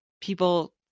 people